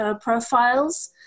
profiles